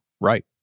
Right